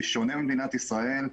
בשונה ממדינת ישראל,